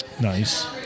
Nice